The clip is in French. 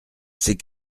ces